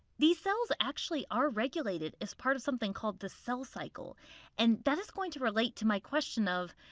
these cells actually are regulated as part of something called the cell cycle and that is going to relate to my question of,